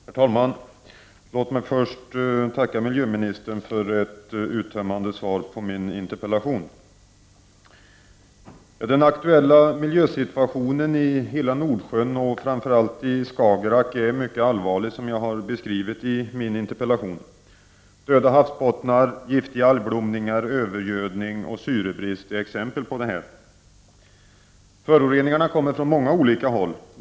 Herr talman! Jag vill först tacka miljöministern för ett uttömmande svar på min interpellation. Den aktuella miljösituationen för hela Nordsjön, och framför allt för Skagerrak, är mycket allvarlig, vilket jag beskrivit i min interpellation. Döda 55 havsbottnar, giftiga algblomningar, övergödning och syrebrist är exempel på detta. Föroreningarna kommer från många olika håll.